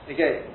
Okay